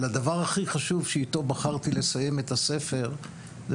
אבל הדבר הכי חשוב שאיתו בחרתי לסיים את הספר שלי זה